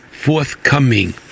forthcoming